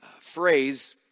phrase